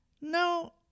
no